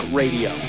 radio